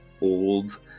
old